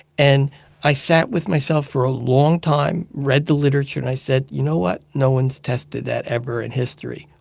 and i sat with myself for a long time, read the literature, and i said, you know what? no one's tested that ever in history.